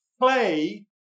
play